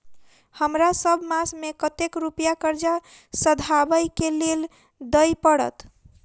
हमरा सब मास मे कतेक रुपया कर्जा सधाबई केँ लेल दइ पड़त?